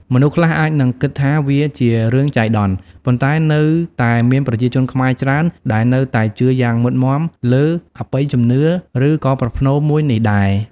មនុស្សខ្លះអាចនឹងគិតថាវាជារឿងចៃដន្យ ប៉ុន្តែនៅតែមានប្រជាជនខ្មែរច្រើនដែលនៅតែជឿយ៉ាងមុតមំាលើអបិយជំនឿ ឬ ក៏ប្រផ្នូលមួយនេះដែរ។